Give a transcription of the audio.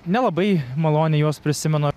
nelabai maloniai juos prisimena